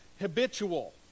habitual